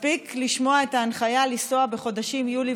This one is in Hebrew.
מספיק לשמוע את ההנחיה לנסוע בחודשים יולי